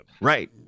right